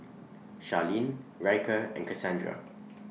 Sharlene Ryker and Cassandra